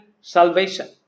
salvation